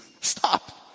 stop